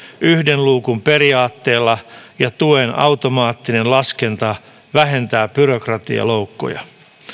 yhden luukun periaatteella ja tuen automaattinen laskenta vähentävät byrokratialoukkuja